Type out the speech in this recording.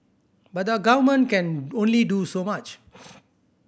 but the Government can only do so much